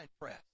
press